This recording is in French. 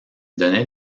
donnait